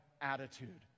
attitude